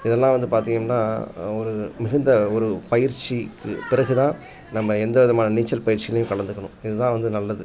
இதெல்லாம் வந்து பார்த்தீங்கன்னா ஒரு மிகுந்த ஒரு பயிற்சிக்கு பிறகு தான் நம்ம எந்த விதமான நீச்சல் பயிற்சிலையும் கலந்துக்கணும் இது தான் வந்து நல்லது